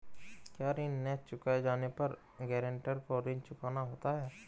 क्या ऋण न चुकाए जाने पर गरेंटर को ऋण चुकाना होता है?